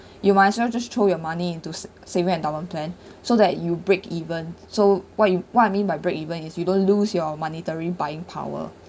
you might as well just throw your money into sa~ saving endowment plan so that you break even so what you what I mean by break even is you don't lose your monetary buying power